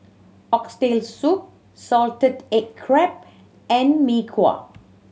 Oxtail Soup salted egg crab and Mee Kuah